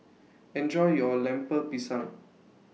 Enjoy your Lemper Pisang